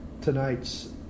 tonight's